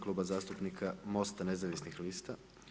Kluba zastupnika Mosta nezavisnih lista.